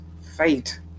fate